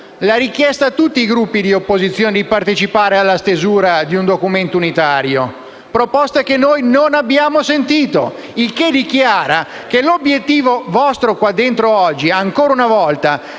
la richiesta a tutti i Gruppi di opposizione di partecipare alla stesura di un documento unitario: proposta che non abbiamo sentito sottoporre. E ciò dimostra che l'obiettivo vostro qui dentro oggi, ancora una volta,